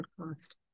podcast